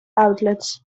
outlets